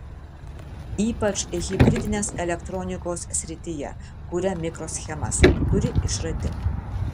ypač hibridinės elektronikos srityje kuria mikroschemas turi išradimų